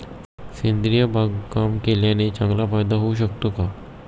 सेंद्रिय बागकाम केल्याने चांगला फायदा होऊ शकतो का?